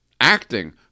acting